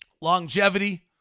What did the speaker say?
longevity